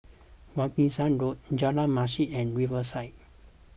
Wilkinson Road Jalan Masjid and Riverside